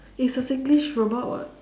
it's a singlish robot [what]